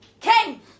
Ken